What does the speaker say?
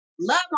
love